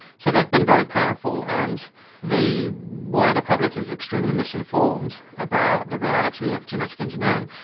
so they have been very powerful, and the wider public is extremely misinformed about the reality of genetic engineering.